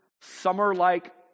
summer-like